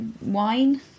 wine